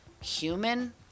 human